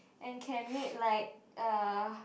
and can meet like uh